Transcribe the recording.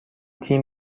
تیم